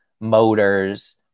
motors